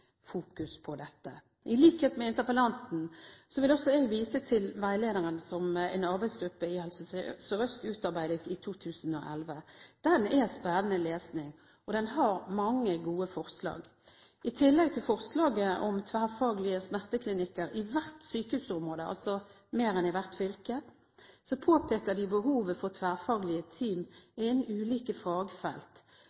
på dette. I likhet med interpellanten vil også jeg vise til veilederen som en arbeidsgruppe i Helse Sør-Øst utarbeidet i 2011. Den er spennende lesning, og den har mange gode forslag. I tillegg til forslaget om tverrfaglige smerteklinikker i hvert sykehusområde – altså mer enn i hvert fylke – påpeker de behovet for tverrfaglige team